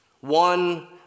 one